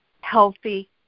healthy